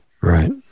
Right